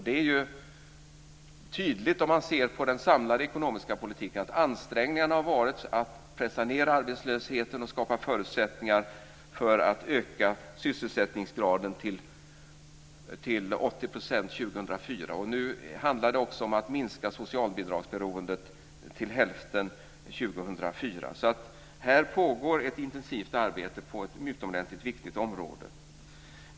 Det är ju tydligt, om man ser på den samlade ekonomiska politiken, att ansträngningarna har varit framgångsrika att pressa ned arbetslösheten och skapa förutsättningar för att öka sysselsättningsgraden till 80 % 2004. Nu handlar det också om att minska socialbidragsberoendet till hälften 2004. Så det pågår ett intensivt arbete på ett utomordentligt viktigt område.